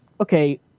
Okay